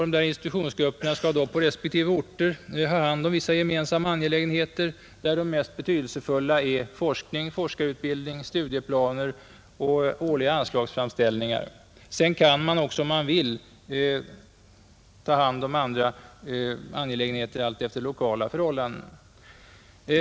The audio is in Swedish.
Dessa institutionsgrupper skall på respektive orter ha hand om vissa gemensamma angelägenheter. De mest betydelsefulla av dessa är forskning, forskarutbildning, studieplaner samt årliga anslagsframställningar. Sedan kan man också, om man vill, ta hand om andra angelägenheter, alltefter de lokala förhållandena.